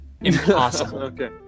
impossible